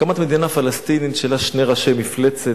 הקמת מדינה פלסטינית שלה שני ראשי מפלצת,